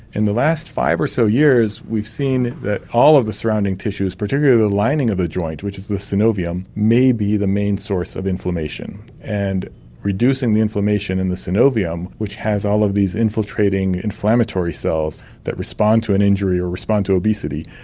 in the last five or so years we have seen that all of the surrounding tissues, particularly the lining of the joint, which is the synovium, may be the main source of inflammation. and reducing the inflammation in the synovium which has all of these infiltrating inflammatory cells that response to an injury or response to obesity,